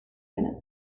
minutes